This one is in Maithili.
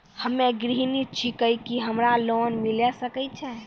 हम्मे गृहिणी छिकौं, की हमरा लोन मिले सकय छै?